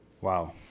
Wow